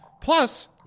Plus